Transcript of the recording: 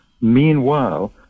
Meanwhile